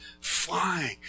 flying